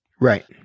Right